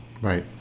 Right